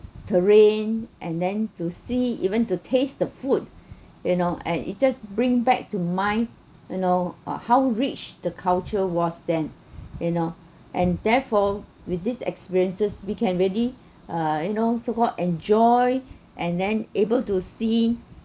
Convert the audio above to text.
terrain and then to see even to taste the food you know and it's just bring back to mind you know or how rich the culture was then you know and therefore with this experiences we can ready uh you know so called enjoy and then able to see